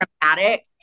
dramatic